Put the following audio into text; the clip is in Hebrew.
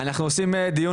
אנחנו עושים דיון,